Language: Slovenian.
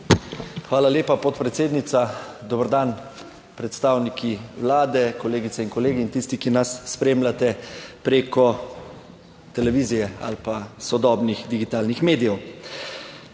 Hvala lepa, podpredsednica. Dober dan predstavniki Vlade, kolegice in kolegi in tisti, ki nas spremljate preko televizije ali pa sodobnih digitalnih medijev.